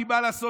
כי מה לעשות,